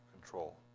control